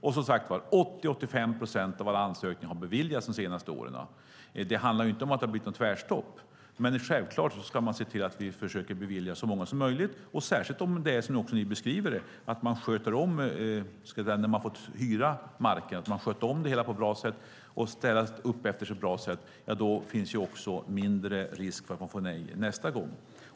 Det är 80-85 procent av alla ansökningar som har beviljats de senaste åren. Det handlar inte om att det har blivit tvärstopp. Självklart ska man se till att vi försöker bevilja så många som möjligt. Det gäller särskilt om det är som ni beskriver det att den som fått hyra marken sköter om det hela och städar upp efter sig på ett bra sätt. Då finns mindre risk för att man får nej nästa gång.